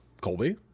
Colby